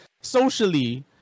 socially